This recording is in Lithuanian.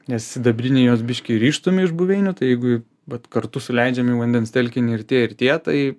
nes sidabriniai juos biški ryžtum iš buveinių tai jeigu vat kartu suleidžiam į vandens telkinį ir tie ir tie tai